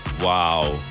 Wow